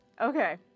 Okay